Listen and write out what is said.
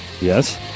Yes